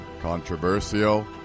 Controversial